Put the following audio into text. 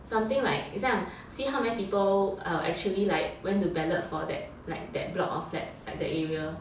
something like 很像 see how many people actually like went to ballot for that like that block of flats at the area